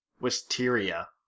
Wisteria